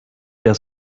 der